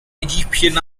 egyptian